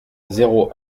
zéro